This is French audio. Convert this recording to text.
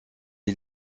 est